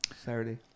Saturday